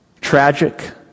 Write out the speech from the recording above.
tragic